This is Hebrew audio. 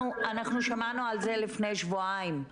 אנחנו שמענו על זה לפני שבועיים,